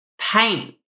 paint